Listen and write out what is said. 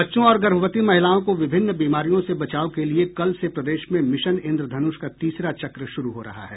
बच्चों और गर्भवती महिलाओं को विभिन्न बीमारियों से बचाव के लिये कल से प्रदेश में मिशन इंद्रधनुष का तीसरा चक्र शुरू हो रहा है